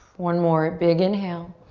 one more, big inhale.